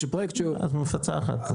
אז מפצה אחת.